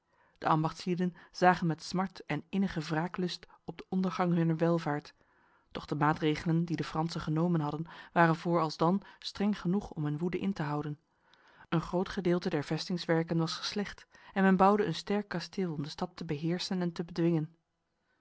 de ambachtslieden zagen met smart en innige wraaklust op de ondergang hunner welvaart doch de maatregelen die de fransen genomen hadden waren voor alsdan streng genoeg om hun woede in te houden een groot gedeelte der vestingswerken was geslecht en men bouwde een sterk kasteel om de stad te beheersen en te bedwingen